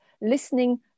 listening